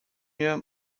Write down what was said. mir